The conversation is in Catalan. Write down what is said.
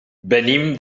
venim